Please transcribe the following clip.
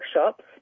workshops